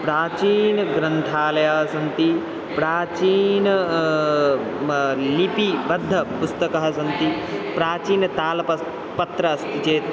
प्राचीनग्रन्थालयाः सन्ति प्राचीन लिपिबद्धपुस्तकानि सन्ति प्राचीनतालपत्रम् अस्ति चेत्